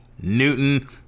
Newton